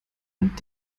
rand